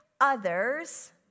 others